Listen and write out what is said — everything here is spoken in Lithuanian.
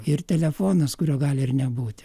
ir telefonas kurio gali ir nebūti